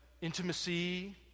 intimacy